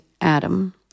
Adam